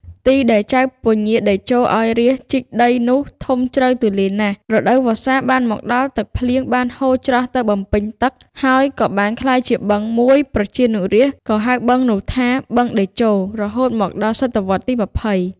ទីដែលចៅពញាតេជោ ឱ្យរាស្ត្រជីកដីនោះធំជ្រៅទូលាយណាស់ រដូវវស្សាបានមកដល់ទឹកភ្លៀងបានហូរច្រោះទៅបំពេញទឹក ហើយក៏បានក្លាយជាបឹងមួយ ប្រជានុរាស្ត្រ ក៌ហៅបឹងនោះថា "បឹងតេជោ" រហូតមកដល់ ស.វទី២០។